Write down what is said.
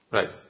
Right